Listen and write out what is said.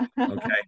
Okay